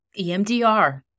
EMDR